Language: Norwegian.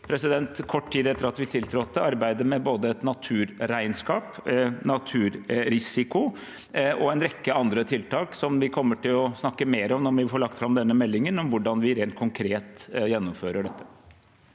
gjorde vi kort tid etter at vi tiltrådte – arbeidet med et naturregnskap, med naturrisiko og med en rekke andre tiltak som vi kommer til å snakke mer om når vi får lagt fram denne meldingen om hvordan vi rent konkret gjennomfører nå.